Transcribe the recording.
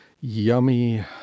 yummy